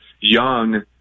Young